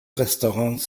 restaurants